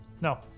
No